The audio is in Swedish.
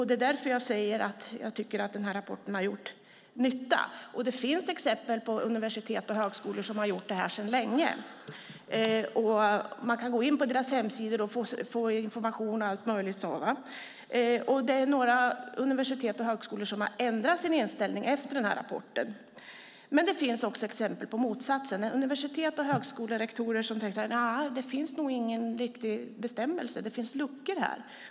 Det är därför jag säger att jag tycker att den här rapporten har gjort nytta. Det finns exempel på universitet och högskolor som har gjort detta sedan länge. Man kan gå in på deras hemsidor och få information. Några universitet och högskolor har ändrat sin inställning efter den här rapporten. Men det finns också exempel på motsatsen. Det finns universitets och högskolerektorer som tänker att det inte finns någon riktig bestämmelse och att det finns luckor här.